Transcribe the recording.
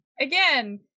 again